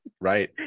Right